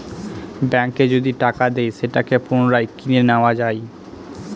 ব্যাঙ্কে যদি টাকা দেয় সেটাকে পুনরায় কিনে নেত্তয়া যায়